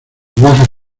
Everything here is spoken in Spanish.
bajas